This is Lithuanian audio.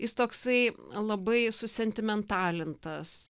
jis toksai labai susentimentalintas